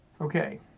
Okay